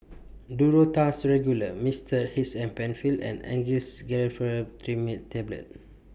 Duro Tuss Regular Mixtard H M PenFill and Angised Glyceryl Trinitrate Tablets